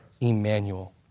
Emmanuel